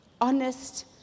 honest